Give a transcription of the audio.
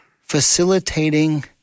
facilitating